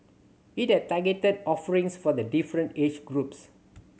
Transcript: it has targeted offerings for the different age groups